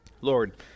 Lord